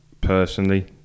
personally